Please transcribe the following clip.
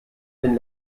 den